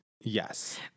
Yes